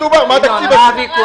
אני לא יודע במה מדובר, מה התקציב הזה.